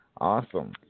Awesome